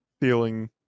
feeling